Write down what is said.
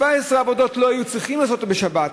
17 עבודות לא היו צריכים לעשות בשבת.